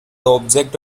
object